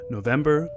November